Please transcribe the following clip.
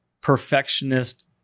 perfectionist